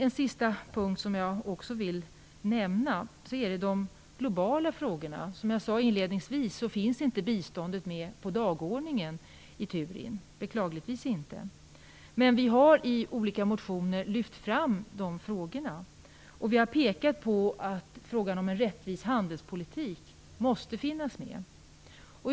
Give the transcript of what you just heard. En sista punkt som jag också vill nämna är de globala frågorna. Som jag sade inledningsvis finns beklagligtvis inte biståndet med på dagordningen i Turin. Men vi har i olika motioner lyft fram dessa frågor, och vi har pekat på att frågan om en rättvis handelspolitik måste finnas med.